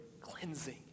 cleansing